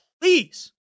Please